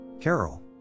Carol